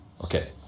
Okay